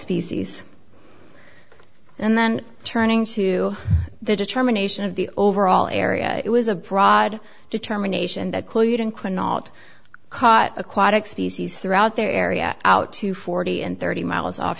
species and then turning to the determination of the overall area it was a broad determination that quote unquote not caught aquatic species throughout their area out to forty and thirty miles off